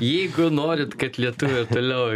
jeigu norit kad lietuviai ir toliau